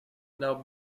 now